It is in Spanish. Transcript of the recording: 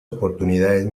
oportunidades